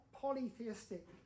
polytheistic